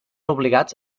obligats